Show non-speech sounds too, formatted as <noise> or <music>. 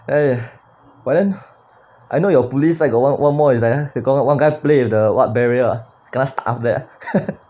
<noise> but then I know your police side got one one more is like the got one guy play with the what barrier kena stuck up there <laughs>